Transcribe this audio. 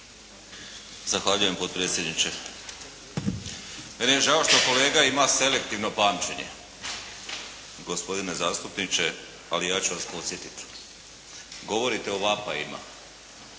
Zahvaljujem potpredsjedniče. Meni je žao što kolega ima selektivno pamćenje, gospodine zastupniče, ali ja ću vas podsjetiti. Govorite o vapajima,